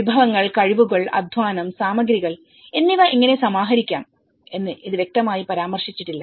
വിഭവങ്ങൾ കഴിവുകൾ അധ്വാനം സാമഗ്രികൾ എന്നിവ എങ്ങനെ സമാഹരിക്കാം എന്ന് ഇത് വ്യക്തമായി പരാമർശിച്ചിട്ടില്ല